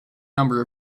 number